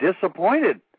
disappointed